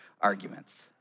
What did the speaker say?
arguments